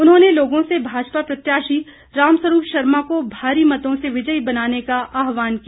उन्होंने लोगों से भाजपा प्रत्याशी रामस्वरूप शर्मा को भारी मतों से विजयी बनाने का आह्वान किया